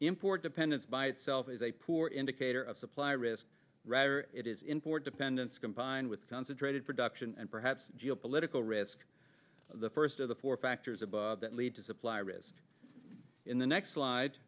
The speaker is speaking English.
import dependence by itself is a poor indicator of supply risk rather it is import dependence combined with concentrated production and perhaps geopolitical risk the first of the four factors above that lead to supply rist in the next sli